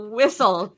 whistle